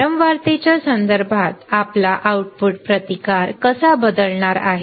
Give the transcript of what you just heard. वारंवारतेच्या संदर्भात आपला आउटपुट प्रतिकार कसा बदलणार आहे